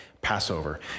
Passover